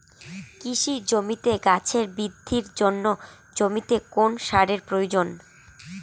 কৃষি জমিতে গাছের বৃদ্ধির জন্য জমিতে কোন সারের প্রয়োজন?